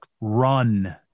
run